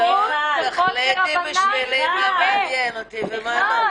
לא תחליטי בשבילי מה מעניין אותי ומה לא.